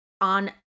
on